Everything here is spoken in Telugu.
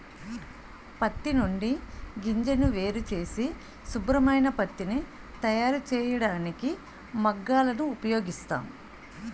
పత్తి నుండి గింజను వేరుచేసి శుభ్రమైన పత్తిని తయారుచేయడానికి మగ్గాలను ఉపయోగిస్తాం